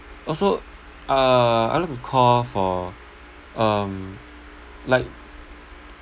also uh I'd like to call for um like